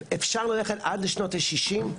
אפשר ללכת עד לשנות ה- 60,